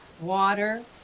water